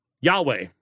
Yahweh